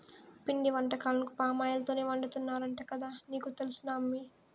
పిండి వంటకాలను పామాయిల్ తోనే వండుతున్నారంట కదా నీకు తెలుసునా అమ్మీ